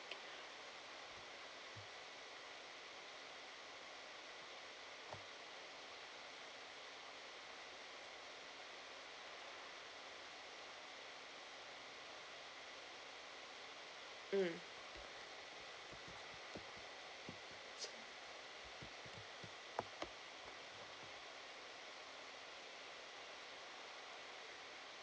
mm